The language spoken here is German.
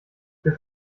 für